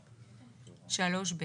(3ב)